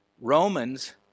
Romans